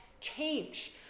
change